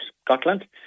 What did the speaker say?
Scotland